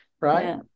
right